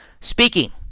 speaking